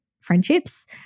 friendships